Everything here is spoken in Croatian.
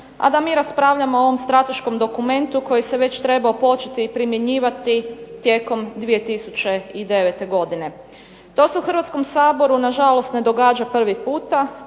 a da mi raspravljamo o ovom strateškom dokumentu koji se već trebao početi primjenjivati tijekom 2009. godine. To se u Hrvatskom saboru nažalost ne događa prvi puta